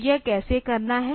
तो यह कैसे करना है